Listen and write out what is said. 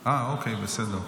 אה, אוקיי, בסדר.